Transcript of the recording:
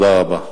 תודה רבה.